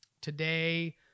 Today